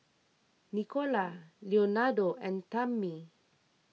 Nicola Leonardo and Tammi